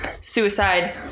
suicide